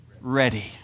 ready